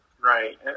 right